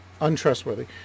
untrustworthy